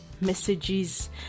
messages